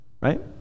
right